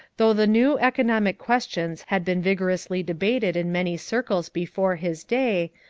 though the new economic questions had been vigorously debated in many circles before his day,